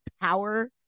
power